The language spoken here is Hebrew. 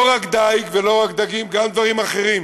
לא רק דיג ולא רק דגים, גם דברים אחרים